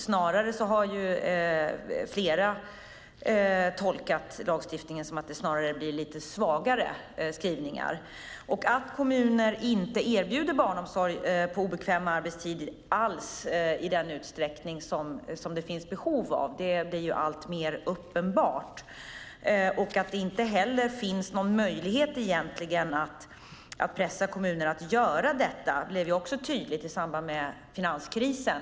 Snarare har flera tolkat skrivningarna i lagstiftningen som lite svagare. Att kommuner inte erbjuder barnomsorg på obekväm arbetstid alls i den utsträckning som det finns behov av blir alltmer uppenbart. Att det egentligen inte heller finns någon möjlighet att pressa kommuner att göra detta blev också tydligt i samband med finanskrisen.